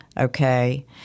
okay